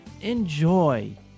enjoy